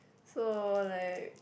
so like